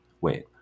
Wait